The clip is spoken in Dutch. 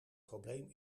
probleem